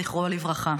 זיכרונו לברכה.